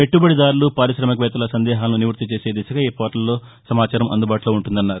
పెట్టుబడిదారులు పారిశామిక వేత్తల సందేహాలను నివృత్తి చేసే దిశగా ఈ పోర్టల్లో సమాచారం అందుబాటులో ఉంటుందన్నారు